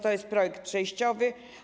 To jest projekt przejściowy.